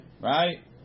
Right